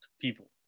people